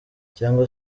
cyangwa